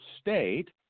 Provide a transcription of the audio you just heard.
state